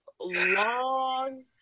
long